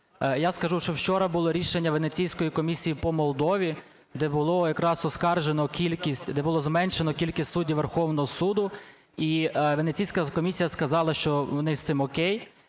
я скажу, що вчора було рішення Венеційської комісії по Молдові, де було якраз оскаржено кількість, де було зменшено кількість суддів Верховного суду і Венеційська комісія сказала, що вони з цим окей,